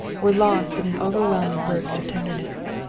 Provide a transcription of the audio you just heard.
were lost in an overwhelming burst of tenderness.